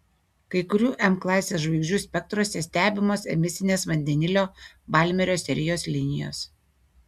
kai kurių m klasės žvaigždžių spektruose stebimos emisinės vandenilio balmerio serijos linijos